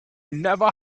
never